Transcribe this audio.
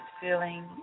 feeling